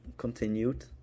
Continued